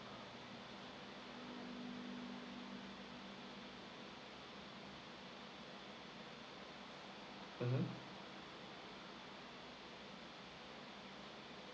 mmhmm